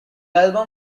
album